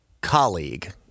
colleague